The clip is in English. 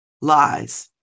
lies